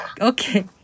Okay